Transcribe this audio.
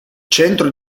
centro